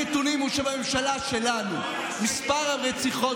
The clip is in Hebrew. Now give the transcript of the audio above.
הנתונים הם שבממשלה שלנו מספרי הרציחות